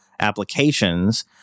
applications